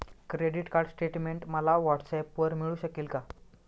Credit card statement मला व्हॉट्सऍपवर मिळू शकेल का?